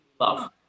love